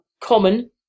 common